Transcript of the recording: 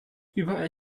überall